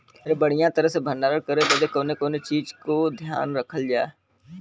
बढ़ियां तरह से भण्डारण करे बदे कवने कवने चीज़ को ध्यान रखल जा?